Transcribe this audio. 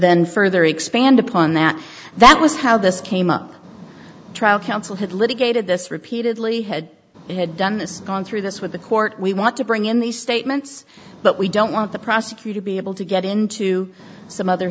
then further expand upon that that was how this came up trial counsel had litigated this repeatedly had he had done this gone through this with the court we want to bring in these statements but we don't want the prosecutor be able to get into